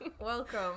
Welcome